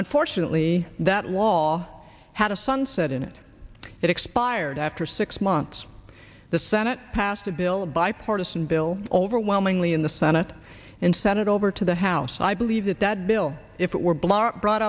unfortunately that law had a sunset in it it expired after six months the senate passed a bill a bipartisan bill overwhelmingly in the senate and sent it over to the house i believe that that bill if it were b